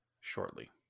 shortly